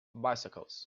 bicycles